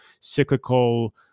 cyclical